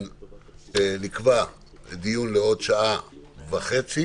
נקבע דיון לעוד שעה וחצי